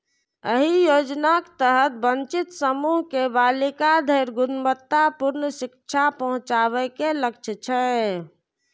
एहि योजनाक तहत वंचित समूह के बालिका धरि गुणवत्तापूर्ण शिक्षा पहुंचाबे के लक्ष्य छै